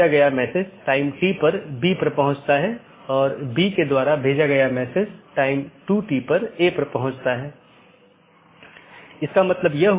तो मैं AS1 से AS3 फिर AS4 से होते हुए AS6 तक जाऊँगा या कुछ अन्य पाथ भी चुन सकता हूँ